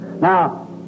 Now